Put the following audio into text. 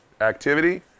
activity